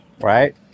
Right